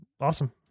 awesome